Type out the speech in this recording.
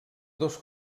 dos